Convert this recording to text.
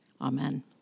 Amen